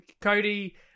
Cody